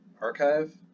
archive